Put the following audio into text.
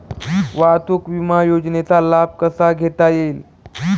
वाहतूक विमा योजनेचा लाभ कसा घेता येईल?